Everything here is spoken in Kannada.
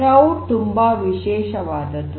ಕ್ಲೌಡ್ ತುಂಬಾ ವಿಶೇಷವಾದದ್ದು